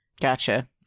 Gotcha